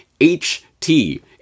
HT